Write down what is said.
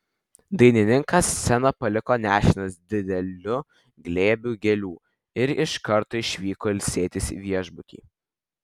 dainininkas sceną paliko nešinas dideliu glėbiu gėlių ir iš karto išvyko ilsėtis į viešbutį